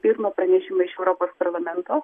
pirmą pranešimą iš europos parlamento